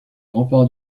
remparts